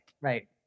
Right